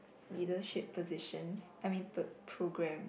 leadership positions I mean per~ program